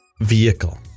Vehicle